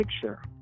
picture